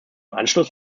anschluss